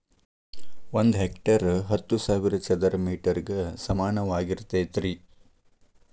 ಒಂದ ಹೆಕ್ಟೇರ್ ಹತ್ತು ಸಾವಿರ ಚದರ ಮೇಟರ್ ಗ ಸಮಾನವಾಗಿರತೈತ್ರಿ